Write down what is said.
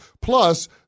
Plus